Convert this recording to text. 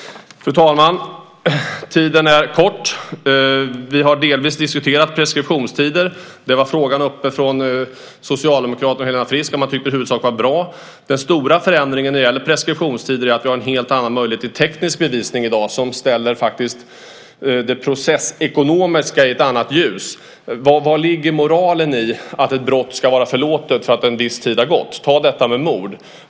Fru talman! Min talartid är kort. Vi har delvis diskuterat frågan om preskriptionstider. Socialdemokraten Helena Frisk tog upp den. Man tyckte att det i huvudsak var bra. Den stora förändringen när det gäller preskriptionstider är att vi har en helt annan möjlighet till teknisk bevisning i dag som faktiskt ställer det processekonomiska i ett annat ljus. Var ligger moralen i att ett brott ska vara förlåtet för att en viss tid har gått? Man kan ta mord som exempel.